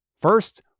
First